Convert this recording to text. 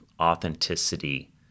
authenticity